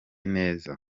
neza